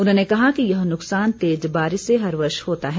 उन्होंने कहा कि यह नुकसान तेज बारिश से हर वर्ष होता है